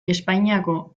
espainiako